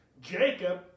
Jacob